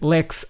Lex